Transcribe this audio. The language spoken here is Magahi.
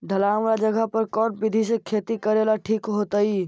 ढलान वाला जगह पर कौन विधी से खेती करेला ठिक होतइ?